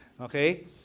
Okay